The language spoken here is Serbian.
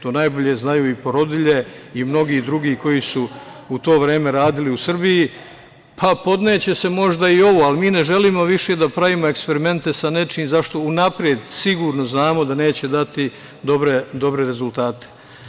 To najbolje znaju i porodilje i mnogi drugi koji su u to vreme radili u Srbiji, pa podneće se možda i ovo, ali mi ne želimo više da pravimo eksperimente sa nečim zašto unapred sigurno znamo da neće dati dobre rezultate.